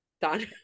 done